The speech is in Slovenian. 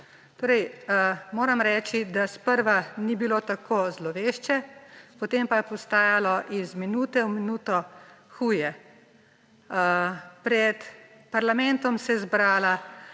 nam? Moram reči, da sprva ni bilo tako zlovešče, potem pa je postajalo iz minute v minuto huje. Pred parlamentom se je zbrala